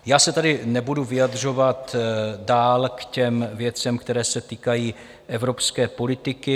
Já se tady nebudu vyjadřovat dál k věcem, které se týkají evropské politiky.